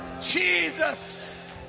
Jesus